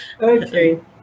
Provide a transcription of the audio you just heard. Okay